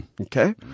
Okay